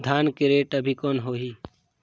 धान के रेट अभी कौन होही?